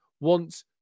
want